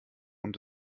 und